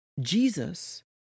Jesus